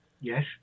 Yes